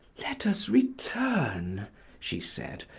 let us return, she said,